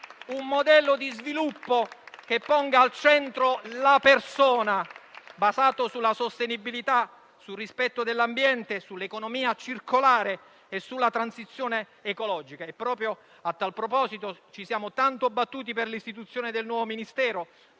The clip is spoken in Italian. un modello di sviluppo che ponga al centro la persona, basato sulla sostenibilità, sul rispetto dell'ambiente, sull'economia circolare e sulla transizione ecologica. Proprio a tal proposito, ci siamo tanto battuti per l'istituzione del nuovo Ministero,